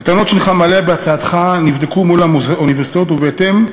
הטענות שהנך מעלה בהצעתך נבדקו מול האוניברסיטאות ובהתאם,